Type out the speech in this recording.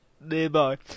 nearby